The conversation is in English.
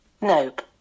Nope